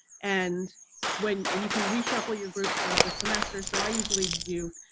and when and you can reshuffle your groups throughout the semester. so i usually do,